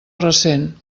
recent